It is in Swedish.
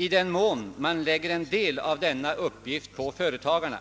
I den mån man lägger en del av denna uppgift på företagarna